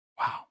Wow